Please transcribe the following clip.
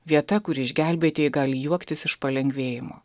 vieta kur išgelbėtieji gali juoktis iš palengvėjimo